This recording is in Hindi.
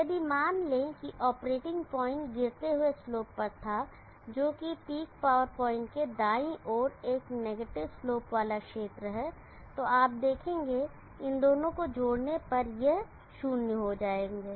यदि मान लें कि ऑपरेटिंग पॉइंट गिरते हुए स्लोप पर था जो कि पीक पॉवर पॉइंट के दाईं ओर एक नेगेटिव स्लोप वाला क्षेत्र है तो आप देखेंगे कि इन दोनों को जोड़ने पर ये शून्य हो जाएंगे